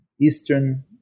Eastern